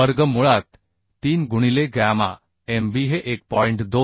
वर्गमुळात 3 गुणिले gamma mb हे 1